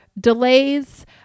delays